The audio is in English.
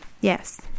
yes